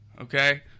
okay